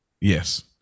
Yes